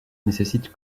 nécessite